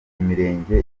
imirenge